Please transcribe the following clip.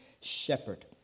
shepherd